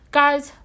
guys